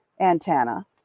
antenna